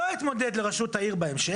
לא אתמודד לראשות העיר בהמשך".